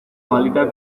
maldita